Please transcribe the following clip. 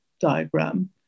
diagram